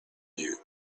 you